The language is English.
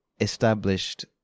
established